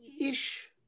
Ish